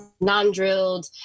non-drilled